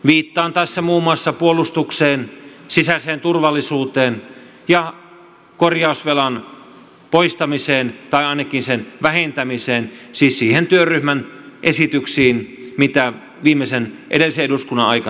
viittaan tässä muun muassa puolustukseen sisäiseen turvallisuuteen ja korjausvelan poistamiseen tai ainakin sen vähentämiseen siis niihin työryhmien esityksiin mitä edellisen eduskunnan aikana tehtiin